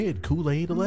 Kool-Aid